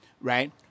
right